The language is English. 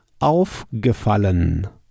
aufgefallen